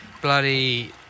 Bloody